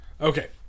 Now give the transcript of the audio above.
Okay